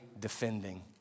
defending